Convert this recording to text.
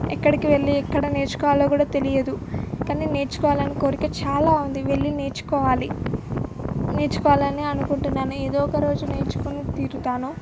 ఎక్కడికి వెళ్ళి ఎక్కడ నేర్చుకోవాలో గూడ తెలియదు కానీ నేర్చుకోవాలని కోరిక చాలా ఉంది వెళ్ళి నేర్చుకోవాలి నేర్చుకోవాలనే అనుకుంటున్నాను ఏదో ఒకరోజు నేర్చుకొని తీరుతాను